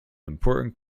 important